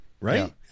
right